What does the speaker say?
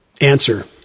Answer